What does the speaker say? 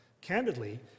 candidly